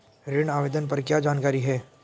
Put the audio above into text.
ऋण आवेदन पर क्या जानकारी है?